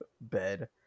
bed